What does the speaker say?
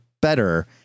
better